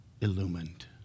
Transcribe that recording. illumined